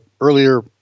earlier